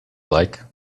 like